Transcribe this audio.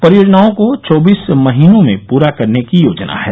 परियोजनाओं को चौबीस महीनों में पूरा करने की योजना है